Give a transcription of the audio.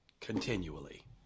continually